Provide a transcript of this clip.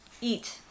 eat